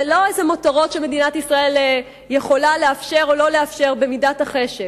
זה לא מותרות שמדינת ישראל יכולה לאפשר או לא לאפשר במידת החשק.